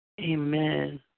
Amen